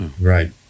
Right